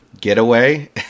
getaway